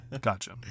Gotcha